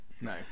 No